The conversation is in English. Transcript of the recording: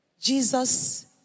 Jesus